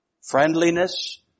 friendliness